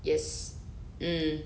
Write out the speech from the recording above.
yes mm